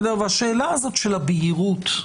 השאלה של הבהירות.